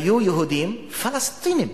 היו יהודים פלסטינים.